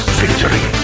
victory